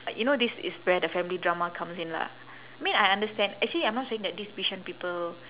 like you know this is where the family drama comes in lah I mean I understand actually I'm not saying that these bishan people